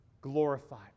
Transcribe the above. glorified